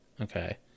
Okay